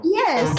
yes